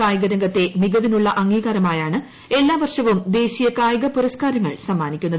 കായിക രംഗത്തെ മികവിനുള്ള അംഗീകാരമായാണ് എല്ലാ വർഷവും ദേശീയ കായിക പുരസ്കാരങ്ങൾ സമ്മാനിക്കുന്നത്